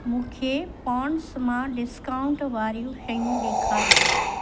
मूंखे पौंड्स मां डिस्काऊंट वारियूं शयूं ॾेखारियो